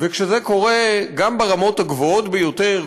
וכשזה קורה גם ברמות הגבוהות ביותר,